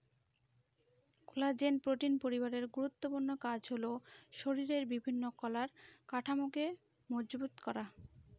collagen protein পরিবারের গুরুত্বপূর্ণ কাজ হল শরীরের বিভিন্ন কলার কাঠামোকে মজবুত করা